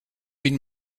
been